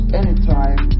anytime